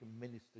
minister